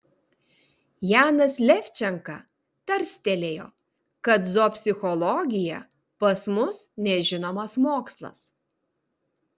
janas levčenka tarstelėjo kad zoopsichologija pas mus nežinomas mokslas